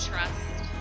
trust